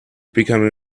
becoming